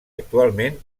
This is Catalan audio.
actualment